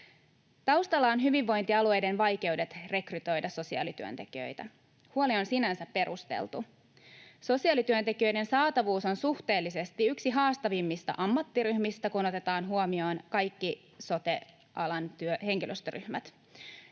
Taustalla ovat hyvinvointialueiden vaikeudet rekrytoida sosiaalityöntekijöitä. Huoli on sinänsä perusteltu. Sosiaalityöntekijöiden saatavuus on suhteellisesti yksi haastavimmista ammattiryhmistä, kun otetaan huomioon kaikki sote-alan henkilöstöryhmät.